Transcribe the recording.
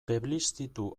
plebiszitu